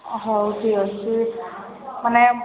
ଅ ହଉ ଠିକ ଅଛି ମାନେ